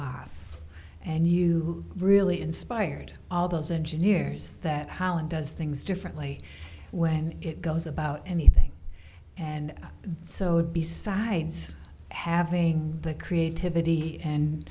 off and you really inspired all those engineers that holland does things differently when it goes about anything and so besides having the creativity and